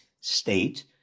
state